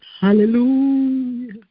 Hallelujah